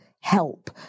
help